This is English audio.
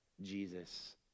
Jesus